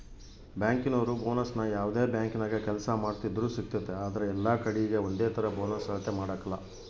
ಬ್ಯಾಂಕಿನೋರು ಬೋನಸ್ನ ಯಾವ್ದೇ ಬ್ಯಾಂಕಿನಾಗ ಕೆಲ್ಸ ಮಾಡ್ತಿದ್ರೂ ಸಿಗ್ತತೆ ಆದ್ರ ಎಲ್ಲಕಡೀಗೆ ಒಂದೇತರ ಬೋನಸ್ ಅಳತೆ ಮಾಡಕಲ